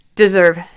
deserve